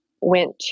went